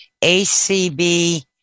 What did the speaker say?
ACB